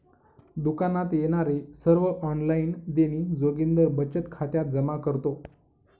दुकानात येणारे सर्व ऑनलाइन देणी जोगिंदर बचत खात्यात जमा करतो